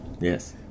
yes